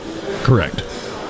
correct